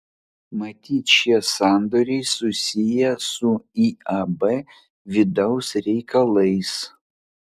matyt šie sandoriai susiję su iab vidaus reikalais